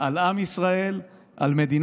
לעומת